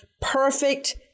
Perfect